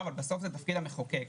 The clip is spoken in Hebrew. אבל בסוף זה תפקיד המחוקק.